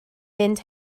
mynd